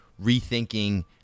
rethinking